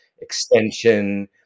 extension